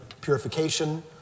purification